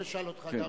תיכף אני אשאל אותך.